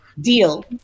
deal